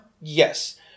yes